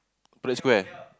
Parade Square